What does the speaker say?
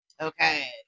Okay